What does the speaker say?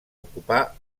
ocupar